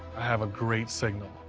have a great signal.